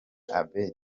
abeddy